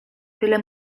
tyle